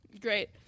Great